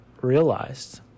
realized